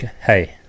Hey